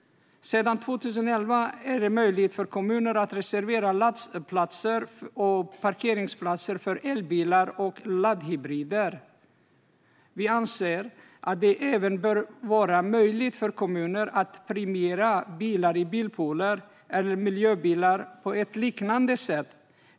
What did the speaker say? Sedan 2011 är det möjligt för kommuner att reservera laddplatser och parkeringsplatser för elbilar och laddhybrider. Vi anser att det bör vara möjligt för kommuner att på ett liknande sätt premiera även bilar i bilpooler eller miljöbilar.